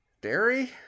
dairy